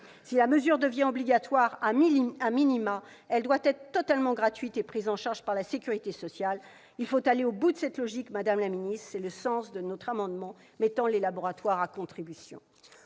Si la mesure devient obligatoire, elle doit être totalement gratuite et prise en charge par la sécurité sociale. Il faut aller au bout de cette logique, madame la ministre, c'est le sens d'un amendement que nous défendrons